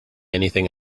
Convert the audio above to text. anything